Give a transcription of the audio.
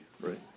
right